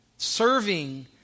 serving